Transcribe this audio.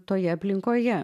toje aplinkoje